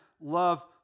love